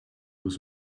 was